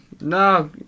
No